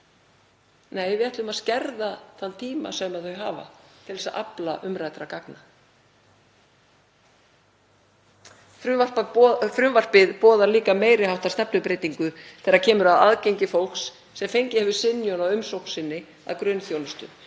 Nei, við ætlum að skerða þann tíma sem þau hafa til að afla umræddra gagna. Frumvarpið boðar líka meiri háttar stefnubreytingu þegar kemur að aðgengi fólks sem fengið hefur synjun á umsókn sinni að grunnþjónustu.